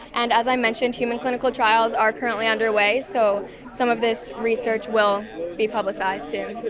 and, as i mentioned, human clinical trials are currently underway, so some of this research will be publicised soon.